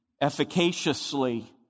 efficaciously